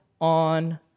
on